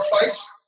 fights